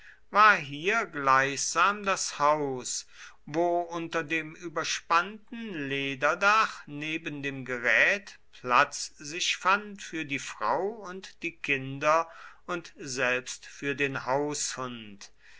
war hier gleichsam das haus wo unter dem übergespannten lederdach neben dem gerät platz sich fand für die frau und die kinder und selbst für den haushund